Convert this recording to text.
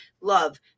love